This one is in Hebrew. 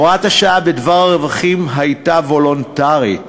הוראת השעה בדבר הרווחים הייתה וולונטרית,